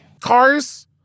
Cars